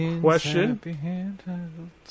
question